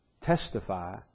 testify